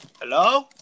Hello